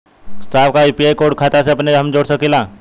साहब का UPI code खाता से अपने हम जोड़ सकेला?